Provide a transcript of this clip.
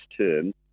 term